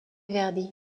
verdi